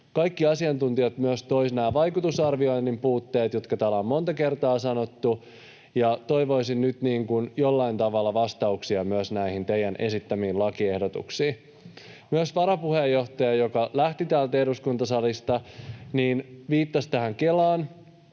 Kaikki asiantuntijat myös toivat nämä vaikutusarvioinnin puutteet, jotka täällä on monta kertaa sanottu. Toivoisin nyt jollain tavalla vastauksia myös näihin teidän esittämiinne lakiehdotuksiin. Myös varapuheenjohtaja, joka lähti täältä eduskuntasalista, viittasi Kelaan.